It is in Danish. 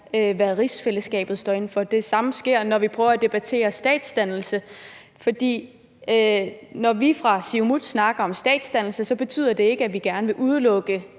hvad rigsfællesskabet står for. Det samme sker, når vi prøver at debattere statsdannelse. For når vi fra Siumut snakker om statsdannelse, betyder det jo ikke, at vi gerne vil udelukke